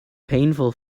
painful